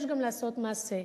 יש גם לעשות מעשה.